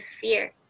fear